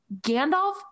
gandalf